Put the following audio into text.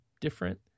different